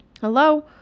Hello